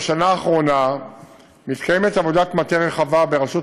בשנה האחרונה מתקיימת עבודת מטה רחבה בראשות